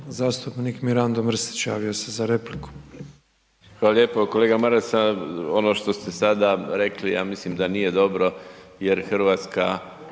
**Mrsić, Mirando (Demokrati)** Hvala lijepo. Kolega Maras, ono što ste sada rekli, ja mislim da nije dobro jer Hrvatske